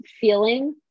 feeling